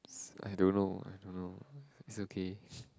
I don't know I don't know is okay